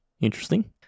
Interesting